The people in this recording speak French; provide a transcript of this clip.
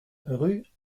rue